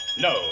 No